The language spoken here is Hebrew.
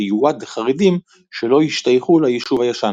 שיועד לחרדים שלא השתייכו ליישוב הישן.